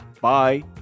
Bye